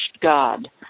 God